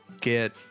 get